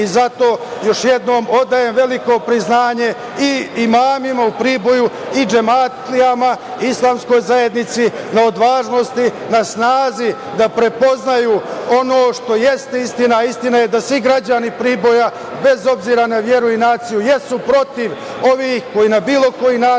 još jednom odajem veliko priznanje i imamima u Priboju i džematlijama Islamskoj zajednici na odvažnosti, na snazi da prepoznaju ono što jeste istina, a istina je da svi građani Priboja bez obzira na veru i naciju jesu protiv ovih koji na bilo koji način